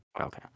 Okay